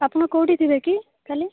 ଆପଣ କେଉଁଠି ଥିବେ କି କାଲି